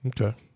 Okay